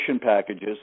packages